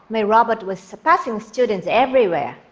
my robot was surpassing students everywhere.